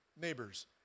neighbors